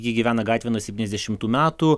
ji gyvena gatvėj nuo septyniasdešimtų metų